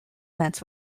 events